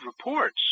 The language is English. reports